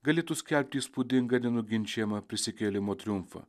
galėtų skelbti įspūdingą nenuginčijamą prisikėlimo triumfą